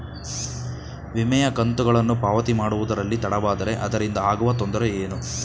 ವಿಮೆಯ ಕಂತುಗಳನ್ನು ಪಾವತಿ ಮಾಡುವುದರಲ್ಲಿ ತಡವಾದರೆ ಅದರಿಂದ ಆಗುವ ತೊಂದರೆ ಏನು?